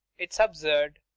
it's absurd.